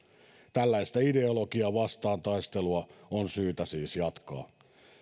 tällaista ideologiaa vastaan taistelua on syytä siis jatkaa